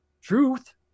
truth